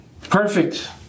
Perfect